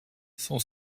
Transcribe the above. son